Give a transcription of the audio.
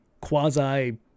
quasi